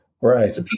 Right